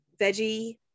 veggie